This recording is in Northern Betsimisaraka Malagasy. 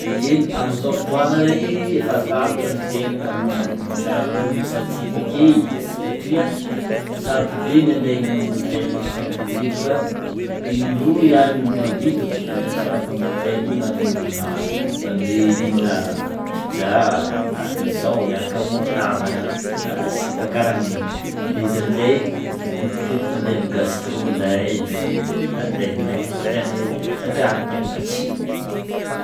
Ye am'izao fotoagna zegny efa sarotra ny fiaignana amin'ny fiarahamonina misy antsika ake satria sarotro be ny andeha ihinagna amin'ny hôtely isan-teteky fa indroa ihany no mba vitako mandeha misakafo amin'ny hôtely agnatin'ny herinandro, zany hoe mihinagna pizza na mine sao miaraka amin'ny namana na sipa karahan'igny.De izy amin'jay, matetitetiky mandeha amin'ny gastro zahay ndraiky amin'ny Tend'M igny mbô tianay satria agny tegna matsiro.